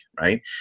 right